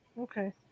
Okay